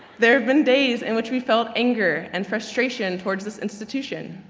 there have been days in which we've felt anger and frustration towards this institution,